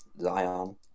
Zion